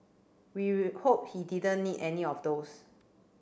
we we hope he didn't need any of those